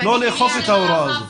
את ההוראה הזו.